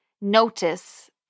notice